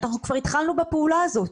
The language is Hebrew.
אנחנו כבר התחלנו בפעולה הזאת.